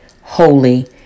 holy